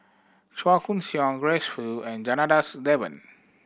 Chua Koon Siong Grace Fu and Janadas Devan